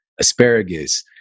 asparagus